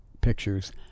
pictures